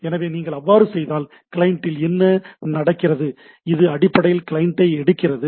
எனவே நீங்கள் அவ்வாறு செய்தால் கிளையண்டில் என்ன நடக்கிறது இது அடிப்படையில் கிளையண்டை எடுக்கிறது